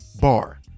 bar